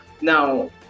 Now